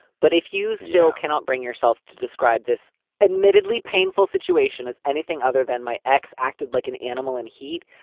but if you still cannot bring yourself to describe this admittedly painful situation as anything other than my ex acted like an animal in heat,